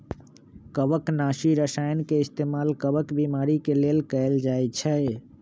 कवकनाशी रसायन के इस्तेमाल कवक बीमारी के लेल कएल जाई छई